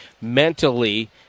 mentally